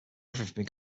everything